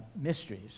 mysteries